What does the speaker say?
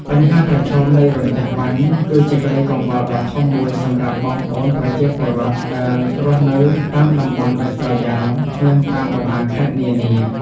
បញ្ហាប្រឈមនៃរន្ទះបាញ់គឺជាក្តីកង្វល់ដ៏ធំមួយសម្រាប់បងប្អូនប្រជាពលរដ្ឋដែលរស់នៅតាមតំបន់ដាច់ស្រយាល និងតាមបណ្តាខេត្តនានា។